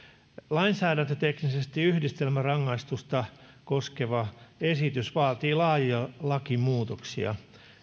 lainsäädäntöteknisesti yhdistelmärangaistusta koskeva esitys vaatii laajoja lakimuutoksia